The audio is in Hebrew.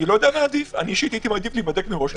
אני אישית הייתי מעדיף להיבדק מראש,